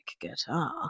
guitar